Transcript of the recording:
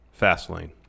Fastlane